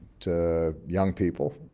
to young people,